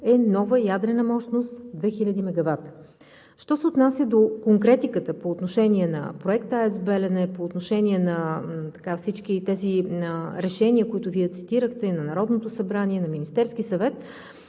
е нова ядрена мощност – 2 хиляди мегавата. Що се отнася до конкретиката по отношение на проекта АЕЦ „Белене“, по отношение на всички тези решения, които Вие цитирахте – на Народното събрание, на Министерския съвет